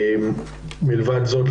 מלבד זאת,